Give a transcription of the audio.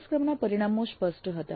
અભ્યાસક્રમના પરિણામો સ્પષ્ટ હતા